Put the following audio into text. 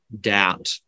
doubt